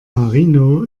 marino